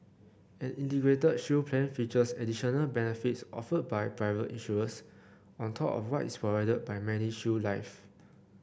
an Integrated Shield Plan features additional benefits offered by private insurers on top of what is provided by MediShield Life